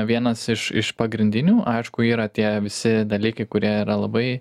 vienas iš iš pagrindinių aišku yra tie visi dalykai kurie yra labai